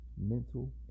mental